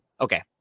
okay